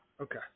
Okay